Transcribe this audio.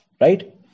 right